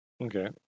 Okay